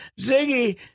Ziggy